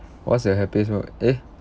what's your happiest mome~ eh